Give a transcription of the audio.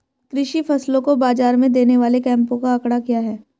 कृषि फसलों को बाज़ार में देने वाले कैंपों का आंकड़ा क्या है?